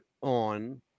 on